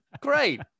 Great